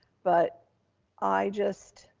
but i just,